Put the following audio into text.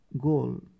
goal